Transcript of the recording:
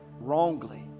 wrongly